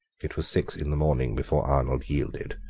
it was six in the morning before arnold yielded.